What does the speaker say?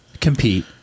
compete